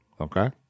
Okay